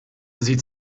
sie